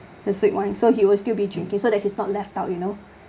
his red wine so he will still be drinking so that he's not left out